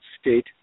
State